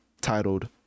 titled